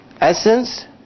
Essence